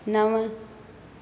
नव